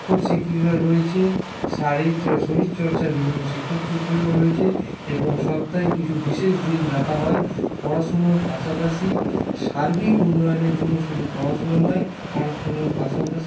শিক্ষক শিক্ষিকারা রয়েছে শরীর শরীরচর্চার বিভিন্ন শিক্ষক শিক্ষিকারা রয়েছে এবং সপ্তাহে কিছু বিশেষ দিন রাখা হয় পড়াশোনার পাশাপাশি সার্বিক উন্নয়নের জন্য শুধু পড়াশোনা নয় পড়াশোনার পাশাপাশি